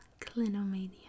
clinomania